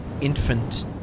infant